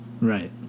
Right